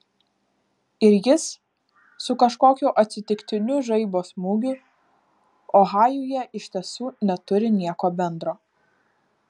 ir jis su kažkokiu atsitiktiniu žaibo smūgiu ohajuje iš tiesų neturi nieko bendro